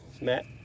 Matt